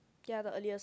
ya the earliest one